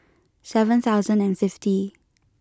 seven thousand and fifty